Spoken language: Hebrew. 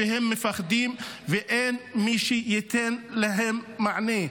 הם מפחדים ואין מי שייתן להם מענה.